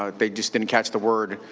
ah they just didn't catch the word.